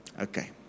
Okay